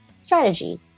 strategy